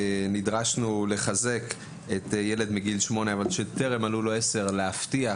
נדרשנו לחזק את ילד מגיל שמונה שטרם מלאו לו עשר; להבטיח,